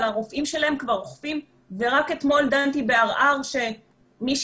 אבל הרופאים שלהם כבר אוכפים ורק אתמול דנתי בערער שמישהי,